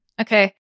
Okay